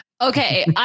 Okay